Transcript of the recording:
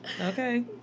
Okay